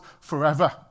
forever